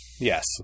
Yes